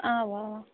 اَوا اَوا